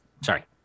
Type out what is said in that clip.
Sorry